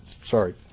sorry